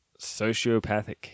sociopathic